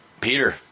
Peter